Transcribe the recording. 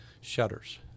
shutters